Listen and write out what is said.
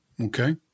Okay